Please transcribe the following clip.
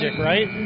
right